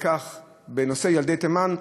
בנושא ילדי תימן,